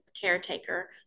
caretaker